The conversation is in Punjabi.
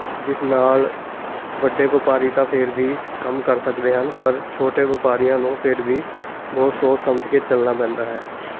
ਜਿਸ ਨਾਲ਼ ਵੱਡੇ ਵਪਾਰੀ ਤਾਂ ਫੇਰ ਵੀ ਕੰਮ ਕਰ ਸਕਦੇ ਹਨ ਪਰ ਛੋਟੇ ਵਪਾਰੀਆਂ ਨੂੰ ਫੇਰ ਵੀ ਬਹੁਤ ਸੋਚ ਸਮਝ ਕੇ ਚੱਲਣਾ ਪੈਂਦਾ ਹੈ